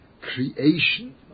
creation